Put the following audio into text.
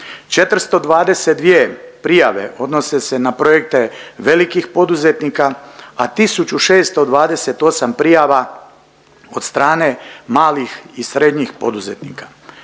422 prijave odnose se na projekte velikih poduzetnika, a tisuću 628 prijava od strane malih i srednjih poduzetnika.